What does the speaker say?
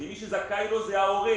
ומי שזכאי לו זה ההורה,